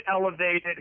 elevated